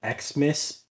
Xmas